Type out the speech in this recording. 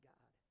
God